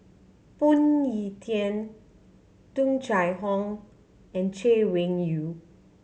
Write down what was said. Phoon Yew Tien Tung Chye Hong and Chay Weng Yew